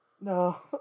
No